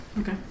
Okay